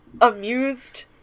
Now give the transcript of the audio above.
amused